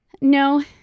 no